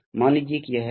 अब क्या होता है